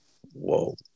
Whoa